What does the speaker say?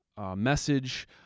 message